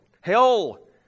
Hell